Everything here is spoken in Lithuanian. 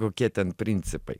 kokie ten principai